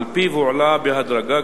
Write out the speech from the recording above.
ועל-פיו הועלה בהדרגה,